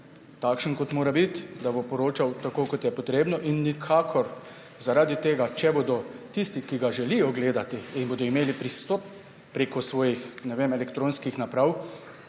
takšen, kot mora biti, da bo poročal tako, kot je potrebno, in nikakor zaradi tega, če bodo tisti, ki ga želijo gledati in bodo imeli pristop preko svojih elektronskih naprav